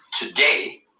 today